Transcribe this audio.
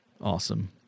Awesome